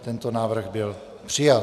Tento návrh byl přijat.